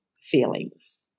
feelings